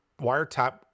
wiretap